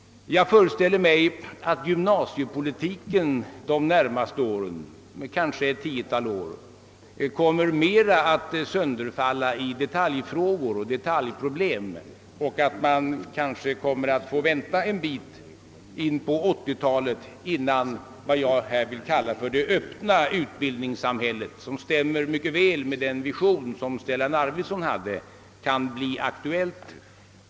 Jag föreställer mig att gymnasiepolitiken de närmaste åren — kanske ett tiotal år framöver — mer kommer att sönderfalla i detaljfrågor och att man kanske får vänta en bit in på 1980-talet innan vad jag vill kalla för det öppna utbildningssamhället blir aktuellt, ett utbildningssamhälle som stämmer mycket väl med den vision som Stellan Arvidson hade.